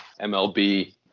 MLB